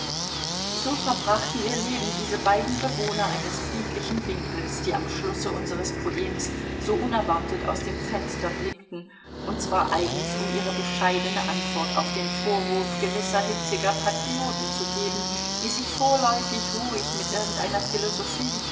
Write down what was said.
so verbrachten ihr leben diese beiden bewohner eines friedlichen winkels die am schlusse unseres poems so unerwartet aus dem fenster blicken und zwar eigens um ihre bescheidene antwort auf den vorwurf gewisser hitziger patrioten zu geben die sich vorläufig ruhig mit irgendeiner philosophie